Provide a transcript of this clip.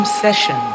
session